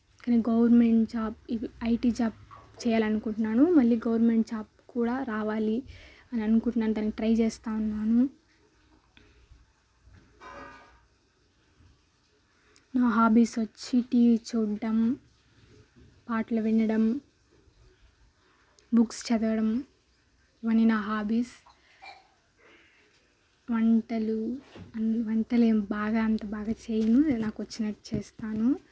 నేను government job ఇవి IT job చేయాలి అనుకుంటున్నాను మళ్ళి గవర్నమెంట్ జాబ్ కూడా రావాలి అని అనుకుంటున్నాను దానికి ట్రై చేస్తా ఉన్నాను నా హాబీస్ వచ్చి టీవీ చూడడం పాటలు వినడం బుక్స్ చదవడం ఇవన్నీ నా హాబీస్ వంటలు వంటలు ఏమీ బాగా అంత బాగా ఏమి చేయను నాకు వచ్చినట్టు చేస్తాను